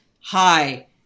hi